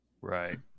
Right